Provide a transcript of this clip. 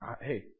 hey